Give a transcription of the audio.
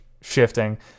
shifting